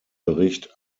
bericht